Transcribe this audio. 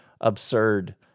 absurd